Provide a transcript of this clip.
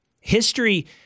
History